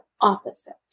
opposite